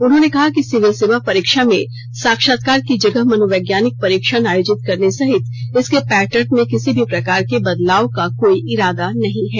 उन्होंने कहा कि सिविल सेवा परीक्षा में साक्षात्कार की जगह मनोवैज्ञानिक परीक्षण आयोजित करने सहित इसके पैर्टर्न में किसी भी प्रकार के बदलाव का कोई इरादा नहीं है